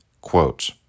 Quote